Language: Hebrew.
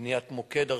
בניית מוקד ארצי,